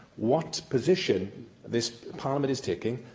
what position this parliament is taking,